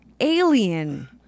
alien